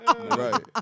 Right